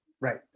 Right